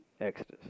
Exodus